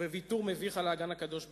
וויתור מביך על האגן הקדוש בירושלים.